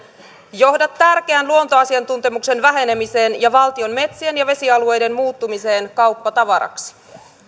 johda tärkeän luontoasiantuntemuksen vähenemiseen ja valtion metsien ja vesialueiden muuttumiseen kauppatavaraksi